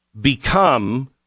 become